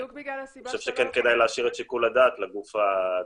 אני חושב שכן כדאי להשאיר את שיקול הדעת לגוף הציבורי.